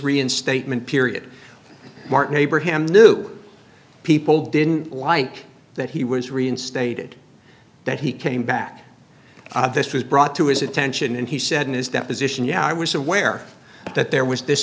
reinstatement period martin abraham knew people didn't like that he was reinstated that he came back this was brought to his attention and he said in his deposition now i was aware that there was this